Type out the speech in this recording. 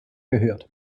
gehört